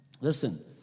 Listen